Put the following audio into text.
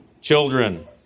children